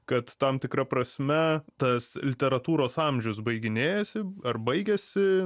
kad tam tikra prasme tas literatūros amžius baiginėjasi ar baigiasi